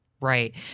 right